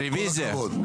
כל הכבוד.